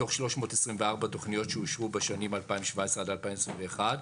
מתוך 324 תוכניות שאושרו בשנים 2017 עד 2021,